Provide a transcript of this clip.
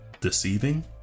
deceiving